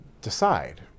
decide